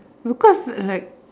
because uh like